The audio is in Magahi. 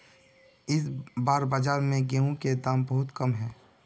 इस बार बाजार में गेंहू के दाम बहुत कम है?